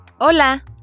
Hola